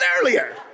earlier